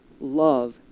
love